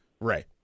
Ray